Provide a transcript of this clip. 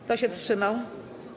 Kto się wstrzymał?